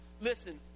Listen